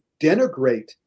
denigrate